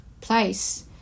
place